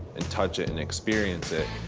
and touch it, and experience it.